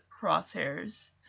crosshairs